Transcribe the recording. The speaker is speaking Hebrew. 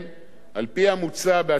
על-פי המוצע בהצעת החוק,